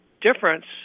difference